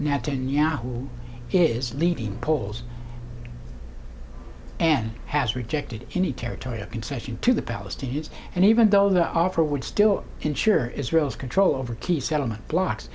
netanyahu is leading the polls and has rejected any territorial concession to the palestinians and even though the offer would still ensure israel's control over key settlement blocks